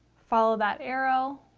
follow that arrow